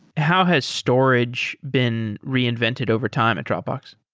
how has storage been reinvented overtime at dropbox?